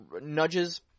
nudges –